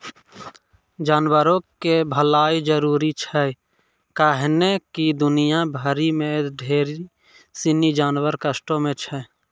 जानवरो के भलाइ जरुरी छै कैहने कि दुनिया भरि मे ढेरी सिनी जानवर कष्टो मे छै